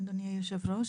אדוני היו"ר,